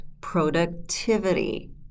productivity